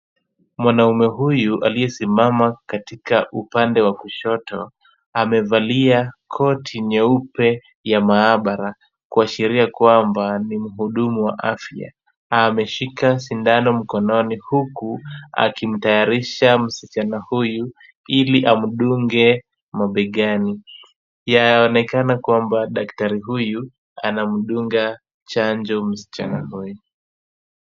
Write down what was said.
Mwanaume huyu aliyesimama katika upande wa kushoto amevalia koti nyeupe ya maabara kuashiria kwamba ni mhudumu wa afya. Ameshika sindano mkononi huku akimtayarisha msichana huyu ili amdunge mabegani. Yaonekana kwamba daktari huyu anamdunga chanjo msichana huyu.